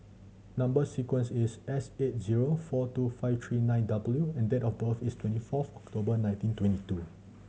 number sequence is S eight zero four two five three nine W and date of birth is twenty fourth October nineteen twenty two